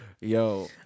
Yo